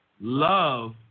Love